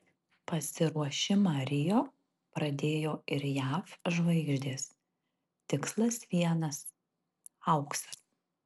pasiruošimą rio pradėjo ir jav žvaigždės tikslas vienas auksas